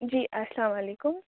جی السّلام علیکم